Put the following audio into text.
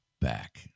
back